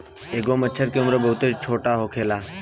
एगो मछर के उम्र बहुत छोट होखेला